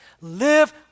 Live